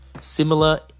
Similar